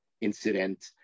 incident